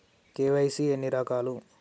KYC ఎన్ని రకాలు?